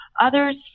Others